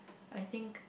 I think